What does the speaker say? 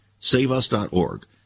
SaveUs.org